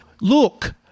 look